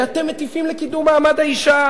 ואתם מטיפים לקידום מעמד האשה.